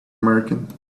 merchant